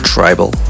Tribal